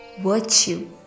virtue